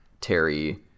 Terry